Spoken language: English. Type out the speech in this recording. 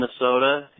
Minnesota